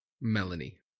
Melanie